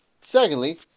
Secondly